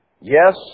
Yes